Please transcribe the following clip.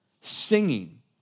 singing